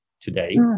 today